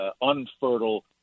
unfertile